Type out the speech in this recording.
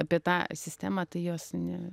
apie tą sistemą tai jos ne